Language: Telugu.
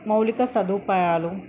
మౌలిక సదుపాయాలు